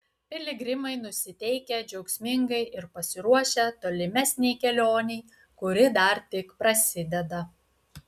piligrimai nusiteikę džiaugsmingai ir pasiruošę tolimesnei kelionei kuri dar tik prasideda